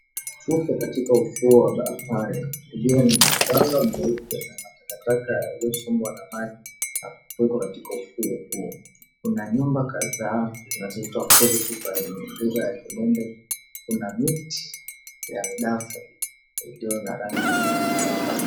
Tupo katika ufuo wa bahari ulio na mchanga mweupe na matakataka yaliyosombwa na maji kutoka katika ufuo huo. Kuna nyumba kadhaa zinazoitwa covet kwa lugha ya kimombo. Kuna miti ya midafu iliyo na rangi ya kijani.